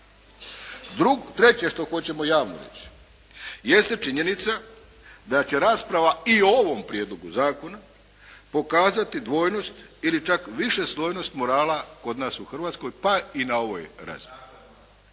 Treće što hoćemo javno reći jeste činjenica da će rasprava i ovom Prijedlogu zakona pokazati dvojnost ili čak višeslojnost morala kod nas u Hrvatskoj pa i na ovoj razini.